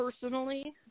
personally